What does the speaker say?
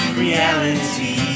reality